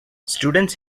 students